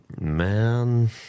Man